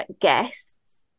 guests